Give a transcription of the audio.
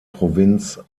provinz